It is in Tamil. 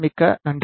மிக்க நன்றி